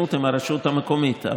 להידיינות עם הרשות המקומית.